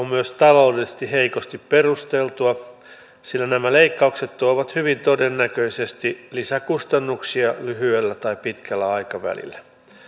myös taloudellisesti heikosti perusteltua sillä nämä leikkaukset tuovat hyvin todennäköisesti lisäkustannuksia lyhyellä tai pitkällä aikavälillä